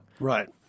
Right